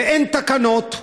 ואין תקנות.